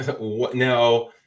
Now